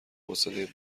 حوصله